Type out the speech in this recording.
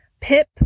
pip